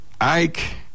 Ike